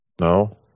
No